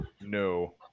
No